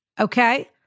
Okay